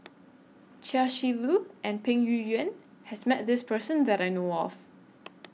Chia Shi Lu and Peng Yuyun has Met This Person that I know of